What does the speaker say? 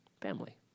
family